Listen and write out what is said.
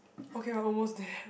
okay we're almost there